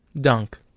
Dunk